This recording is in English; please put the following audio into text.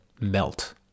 melt